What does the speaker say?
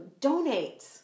donate